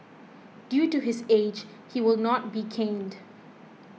due to his age he will not be caned